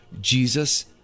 Jesus